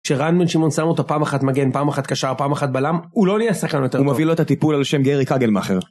כשרן בן שמעון שם אותו פעם אחת מגן, פעם אחת קשר, פעם אחת בלם, הוא לא נהיה שחקן יותר טוב. הוא מביא לו את הטיפול על שם גרי קגלמכר.